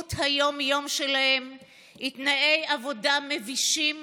מציאות היום-יום שלהם היא תנאי עבודה מבישים